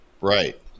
Right